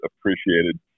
appreciated